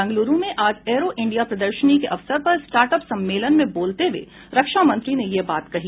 बैंगलुरू में आज aero India प्रदर्शनी के अवसर पर स्टार्ट अप सम्मेलन में बोलते हुए रक्षामंत्री ने यह बात कही